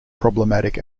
problematic